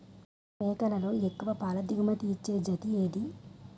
మేకలలో ఎక్కువ పాల దిగుమతి ఇచ్చే జతి ఏది?